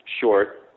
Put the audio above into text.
short